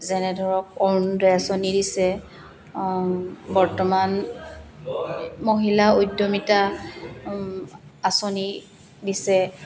যেনে ধৰক অৰুণোদয় আঁচনি দিছে বৰ্তমান মহিলা উদ্যমীতা আঁচনি দিছে